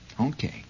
Okay